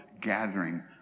gathering